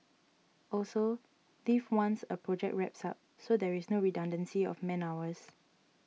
also leave once a project wraps up so there is no redundancy of man hours